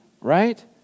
Right